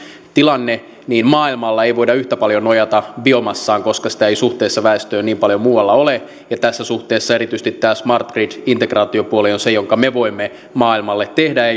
tilanne niin maailmalla ei voida yhtä paljon nojata biomassaan koska sitä ei suhteessa väestöön niin paljon muualla ole tässä suhteessa erityisesti tämä smart grid integraatiopuoli on se jonka me voimme maailmalle tehdä ja